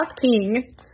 Ping